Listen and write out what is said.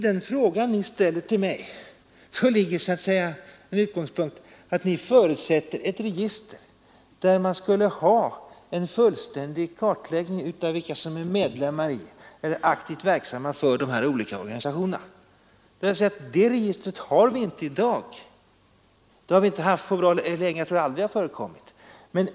Men utgångspunkten för en sådan fråga måste vara att ni förutsätter ett register som innebär en fullständig kartläggning av vilka som är medlemmar i eller aktivt verksamma för dessa olika organisationer. Och då vill jag svara att det registret har vi inte i dag. Vi har inte haft det på bra länge. Jag tror för övrigt att vi aldrig har haft det.